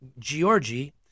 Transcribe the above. Giorgi